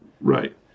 Right